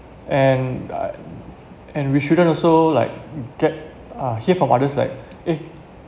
and uh and we shouldn't also like get uh hear from others like eh